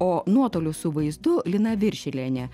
o nuotoliu su vaizdu lina viršilienė